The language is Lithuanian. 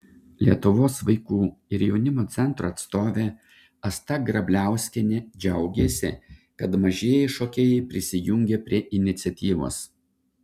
lietuvos vaikų ir jaunimo centro atstovė asta grabliauskienė džiaugėsi kad mažieji šokėjai prisijungė prie iniciatyvos